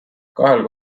kahel